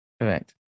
Correct